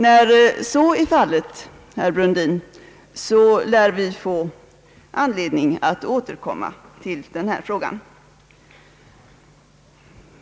När så är fallet, herr Brundin, lär vi få anledning att återkomma till denna fråga.